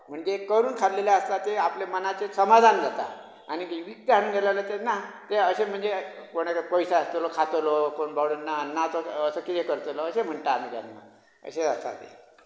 म्हणजे करून खाल्लेले आसा तें आपले मनाचे समाधान जाता आनीक विकते हाडून गेले जाल्यार तें ना तें अशें म्हणजे कोणय पयशे आसतलो खातलो कोण बाबडो ना ना तो कितें करतलो अशें म्हणटा आमी केन्नाय अशें जाता तें